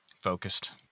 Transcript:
focused